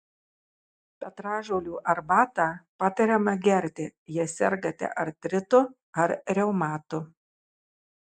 petražolių arbatą patariama gerti jei sergate artritu ar reumatu